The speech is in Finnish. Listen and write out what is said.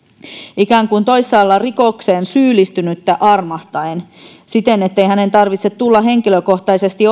ikään kuin toisaalla rikokseen syyllistynyttä armahtaen siten ettei hänen tarvitse tulla henkilökohtaisesti